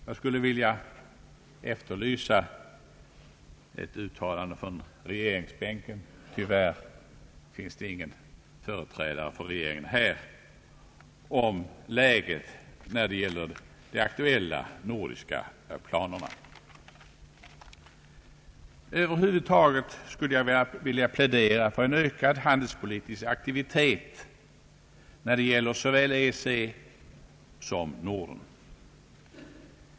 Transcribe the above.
Jag skulle vilja efterlysa ett uttalande från regeringsbänken — tyvärr finns det ingen företrädare för regeringen närvarande i kammaren — om läget när det gäller de aktuella nordiska planerna. Över huvud taget skulle jag vilja plädera för en ökad handelspolitisk aktivitet när det gäller såväl EEC som Norden.